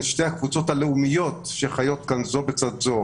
שתי הקבוצות הלאומיות שחיות זו לצד זו